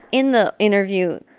in the interview,